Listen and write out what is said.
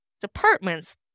departments